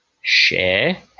share